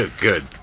Good